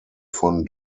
von